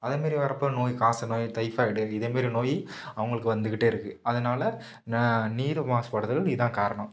அதுமாதிரி வர்றப்போ நோய் காசநோய் டைஃபாய்டு இதேமாதிரி நோய் அவங்களுக்கு வந்துக்கிட்டே இருக்குது அதனால நீர் மாசுபடுதலுக்கு இதுதான் காரணம்